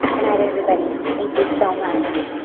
good night everybody. thank you so much.